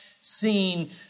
seen